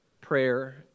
prayer